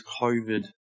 COVID